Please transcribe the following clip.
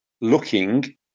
looking